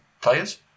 players